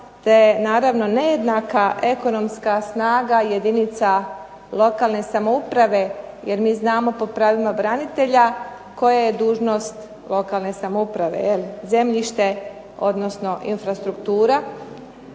te naravno nejednaka ekonomska snaga jedinica lokalne samouprave, jer mi znamo po pravima branitelja koja je dužnost lokalne samouprave zemljište odnosno infrastruktura.